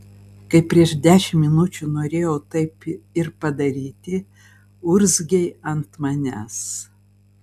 kai prieš dešimt minučių norėjau taip ir padaryti urzgei ant manęs